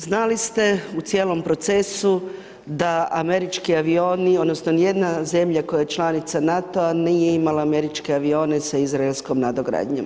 Znali ste u cijelom procesu da američki avioni, odnosno niti jedna zemlja koja je članica NATO-a nije imala američke avione sa izraelskom nadogradnjom.